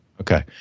Okay